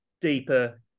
deeper